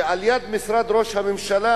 שליד משרד ראש הממשלה